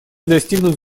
достигнут